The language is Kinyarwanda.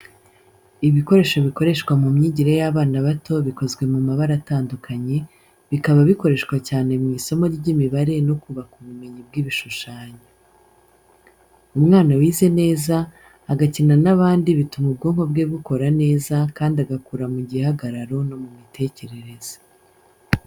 Ibikoresho bikoreshwa mu myigire y’abana bato bikoze mu mabara atandukanye, bikaba bikoreshwa cyane mu isomo ry’imibare no kubaka ubumenyi bw'ibishushanyo. Umwana wize neza, agakina n'abandi bituma ubwonko bwe bukora neza kandi agakura mu gihagararo no mu mitekerereze.